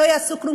לא יעשו כלום,